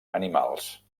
animals